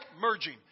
merging